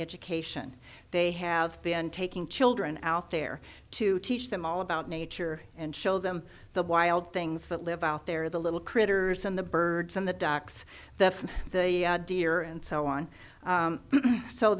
education they have been taking children out there to teach them all about nature and show them the wild things that live out there the little critters and the birds and the ducks the from the deer and so on